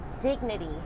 dignity